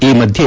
ಈ ಮಧ್ಯೆ